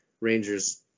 Rangers